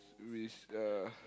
we uh